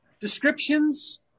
Descriptions